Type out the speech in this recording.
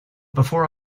before